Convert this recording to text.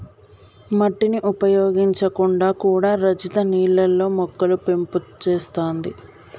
మట్టిని ఉపయోగించకుండా కూడా రజిత నీళ్లల్లో మొక్కలు పెంపు చేత్తాంది